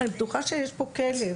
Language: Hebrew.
אני בטוחה שיש פה כלב,